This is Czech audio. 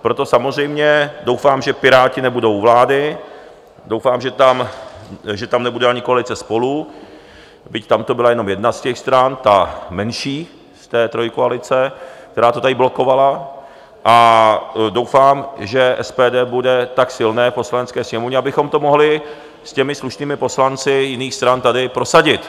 Proto samozřejmě doufám, že Piráti nebudou u vlády, doufám, že tam nebude ani koalice SPOLU, byť tam to byla jenom jedna z těch stran, ta menší z té trojkoalice, která to tady blokovala, a doufám, že SPD bude tak silné v Poslanecké sněmovně, abychom to mohli se slušnými poslanci jiných stran tady prosadit.